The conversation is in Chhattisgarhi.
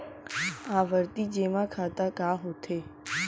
आवर्ती जेमा खाता का होथे?